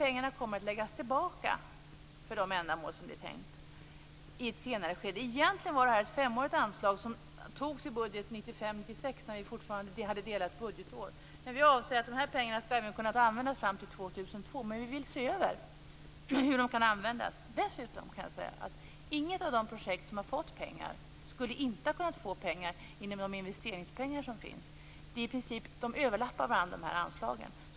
Pengarna kommer att läggas tillbaka i ett senare skede för de ändamål de var tänkta för. Egentligen har det varit fråga om ett femårigt anslag som antogs i budgeten 1995/96 när budgetåret fortfarande var delat. Pengarna skall kunna användas fram till år 2002. Vi vill se över hur de skall användas. Inget av de projekt som har fått pengar skulle inte ha kunnat få några pengar inom de investeringspengar som finns. Anslagen överlappar varandra.